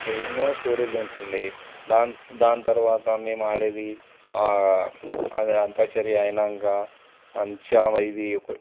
అది ఎన్నో స్టోరీలు వింటు ఉండే దాన్ దాన్ని తరవాత మేము ఆడేది అది అంత్యాక్షరి అయినాక మంచిగా ఇది ఒక